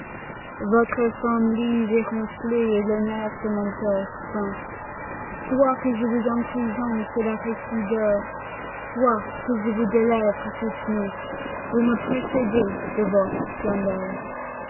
votre forme lisse et renflée est l'honneur de mon torse brun soit que je vous emprisonne sous la résille d'or soit que je vous délivre tout nus vous me précédez de votre splendeur